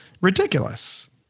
ridiculous